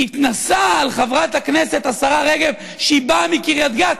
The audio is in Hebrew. התנשא על חברת הכנסת השרה רגב שהיא באה מקריית גת,